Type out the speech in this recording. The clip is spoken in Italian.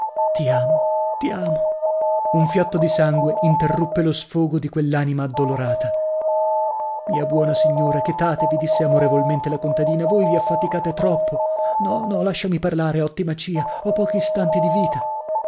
ti amo ti amo un fiotto di sangue interruppe lo sfogo di quell'anima addolorata mia buona signora chetatevi disse amorevolmente la contadina voi vi affaticate troppo no no lasciami parlare ottima cia ho pochi istanti di vita